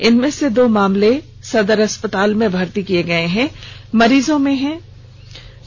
इनमें से दो मामले सदर अस्पताल में भर्ती किए गए मरीजों में से हैं